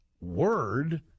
word